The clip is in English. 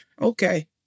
okay